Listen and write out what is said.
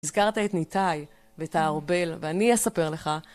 הזכרת את ניתאי, ואת הארבל, ואני אספר לך.